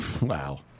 Wow